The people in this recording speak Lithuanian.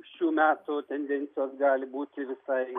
šių metų tendencijos gali būti visai